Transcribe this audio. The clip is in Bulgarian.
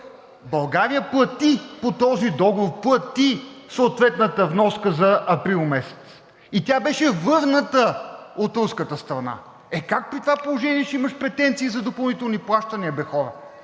България плати по този договор, плати съответната вноска за април месец и тя беше върната от руската страна. Е, как при това положение ще имаш претенции за допълнителни плащания, бе хора?!